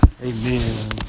Amen